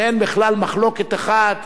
ואין בכלל מחלוקת אחת.